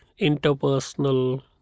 interpersonal